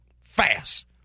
Fast